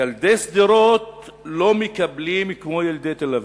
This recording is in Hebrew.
ילדי שדרות לא מקבלים כמו ילדי תל-אביב,